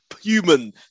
human